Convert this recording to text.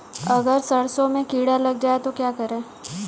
अगर सरसों में कीड़ा लग जाए तो क्या करें?